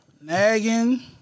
Nagging